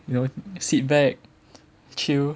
you know sit back chill